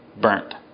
burnt